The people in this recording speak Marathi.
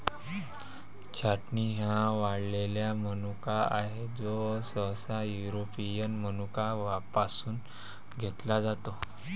छाटणी हा वाळलेला मनुका आहे, जो सहसा युरोपियन मनुका पासून घेतला जातो